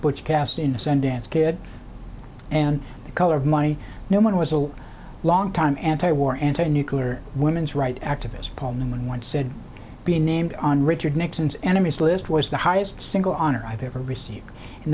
butch cast in the sundance kid and the color of money no one was a long time anti war anti nuclear women's rights activist paul newman once said being named on richard nixon's enemies list was the highest single honor i've ever received in